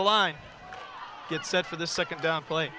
the line get set for the second down play